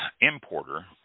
importer